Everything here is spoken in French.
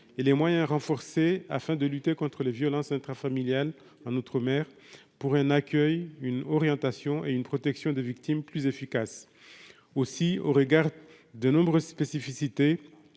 et les moyens renforcés afin de lutter contre les violences intrafamiliales en outre-mer pour un accueil, une orientation et une protection des victimes plus efficace aussi au regard de nombreuses spécificités